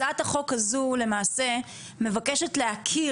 הצעת החוק הזו למעשה מבקשת להכיר